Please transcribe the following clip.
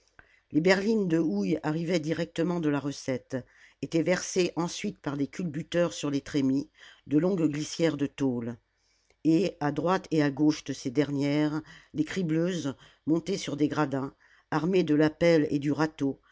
les berlines de houille arrivaient directement de la recette étaient versées ensuite par des culbuteurs sur les trémies de longues glissières de tôle et à droite et à gauche de ces dernières les cribleuses montées sur des gradins armées de la pelle et du râteau